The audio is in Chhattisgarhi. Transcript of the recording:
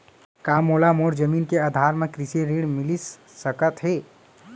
का मोला मोर जमीन के आधार म कृषि ऋण मिलिस सकत हे?